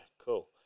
cool